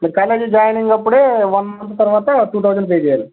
మీరు college joining అప్పుడే one month తర్వాత టు థౌసండ్ పే చేయాలి